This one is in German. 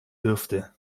dürfte